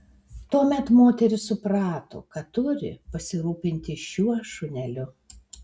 tuomet moteris suprato kad turi pasirūpinti šiuo šuneliu